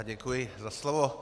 Děkuji za slovo.